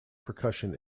percussion